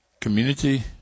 Community